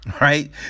right